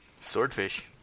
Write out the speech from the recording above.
Swordfish